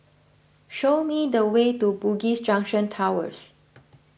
show me the way to Bugis Junction Towers